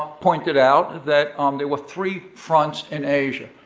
pointed out that um there were three fronts in asia,